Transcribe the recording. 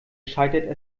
scheitert